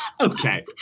Okay